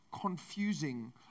confusing